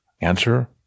Answer